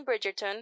Bridgerton